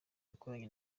yakoranye